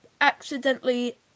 accidentally